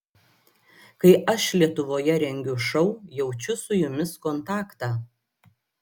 kai aš lietuvoje rengiu šou jaučiu su jumis kontaktą